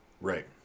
Right